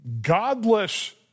godless